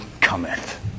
cometh